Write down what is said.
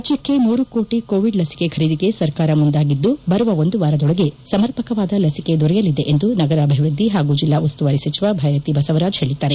ರಾಜ್ಯಕ್ಕೆ ಮೂರು ಕೋಟಿ ಕೋವಿಡ್ ಲಸಿಕೆ ಖರೀದಿಗೆ ಸರ್ಕಾರ ಮುಂದಾಗಿದ್ದು ಬರುವ ಒಂದು ವಾರದೊಳಗೆ ರಾಜ್ಯಕ್ಷೆ ಸಮರ್ಪಕವಾದ ಲಸಿಕೆ ದೊರೆಯಲಿದೆ ಎಂದು ನಗರಾಭಿವೃದ್ದಿ ಹಾಗೂ ಜಿಲ್ಲಾ ಉಸ್ತುವಾರಿ ಸಚಿವ ಭೈರತಿ ಬಸವರಾಜ್ ಹೇಳಿದ್ದಾರೆ